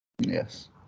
Yes